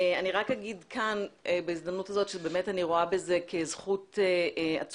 אני רק אגיד כאן בהזדמנות הזאת שאני רואה בזה זכות עצומה